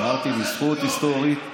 אמרתי, זאת זכות היסטורית.